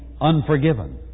unforgiven